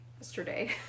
yesterday